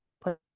put